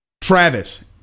Travis